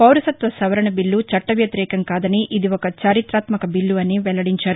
పౌరసత్వ సవరణ బిల్లు చట్ల వ్యతిరేకం కాదని ఇది ఒక చారిత్రాత్మక బిల్లు అని వెల్లడించారు